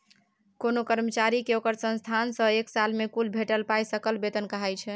कोनो कर्मचारी केँ ओकर संस्थान सँ एक साल मे कुल भेटल पाइ सकल बेतन कहाइ छै